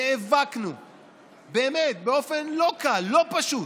נאבקנו באופן לא קל, לא פשוט,